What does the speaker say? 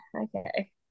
okay